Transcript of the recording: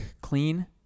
clean